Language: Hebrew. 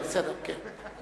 בסדר, כן.